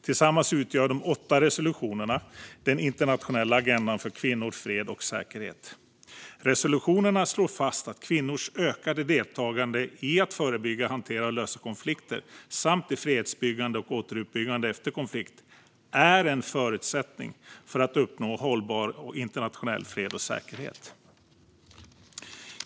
Tillsammans utgör de åtta resolutionerna den internationella agendan för kvinnor, fred och säkerhet. Resolutionerna slår fast att kvinnors ökade deltagande i att förebygga, hantera och lösa konflikter samt i fredsbyggande och återuppbyggande efter konflikt är en förutsättning för att uppnå hållbar och internationell fred och säkerhet.